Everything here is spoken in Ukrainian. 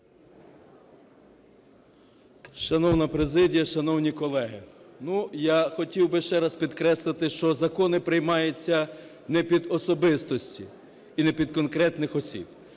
Шановна президія, шановні колеги, ну, я хотів би ще раз підкреслити, що закони приймаються не під особистості і не під конкретних осіб.